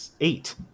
Eight